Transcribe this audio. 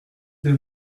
des